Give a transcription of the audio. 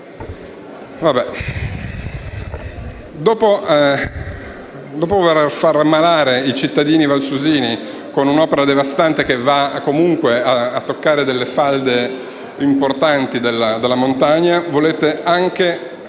Dopo voler fare ammalare i cittadini valsusini con un'opera devastante, che va comunque a toccare delle importanti falde della montagna, volete anche